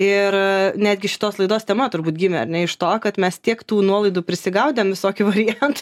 ir netgi šitos laidos tema turbūt gimė ar ne iš to kad mes tiek tų nuolaidų prisigaudėm visokių variantų